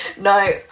no